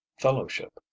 fellowship